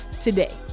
today